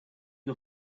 you